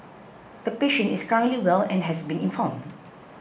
the patient is currently well and has been informed